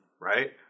right